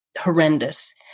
horrendous